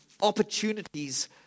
opportunities